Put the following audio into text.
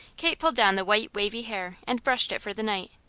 kate pulled down the white wavy hair and brushed it for the night.